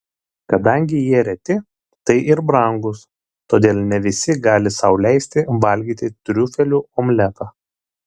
kadangi jie reti tai ir brangūs todėl ne visi gali sau leisti valgyti triufelių omletą